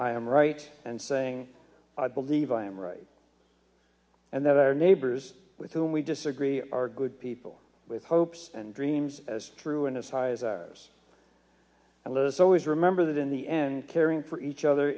i am right and saying i believe i am right and that our neighbors with whom we disagree are good people with hopes and dreams as true and as highs and lows always remember that in the end caring for each other